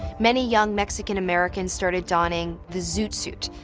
many young mexican-americans started donning the zoot suit,